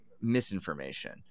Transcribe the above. misinformation